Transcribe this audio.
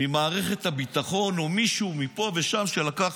ממערכת הביטחון, או מישהו מפה ושם שלקח